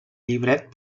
llibret